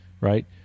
right